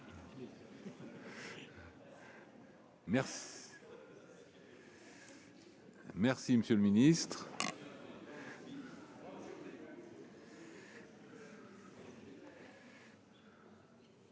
Merci. Merci, Monsieur le Ministre.